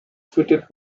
fitted